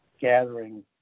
gathering